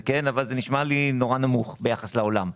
אבל זה נשמע לי נורא נמוך ביחס לעולם.